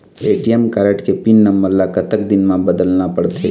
ATM card के pin number ला कतक दिन म बदलना पड़थे?